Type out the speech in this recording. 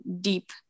deep